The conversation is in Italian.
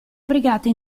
brigate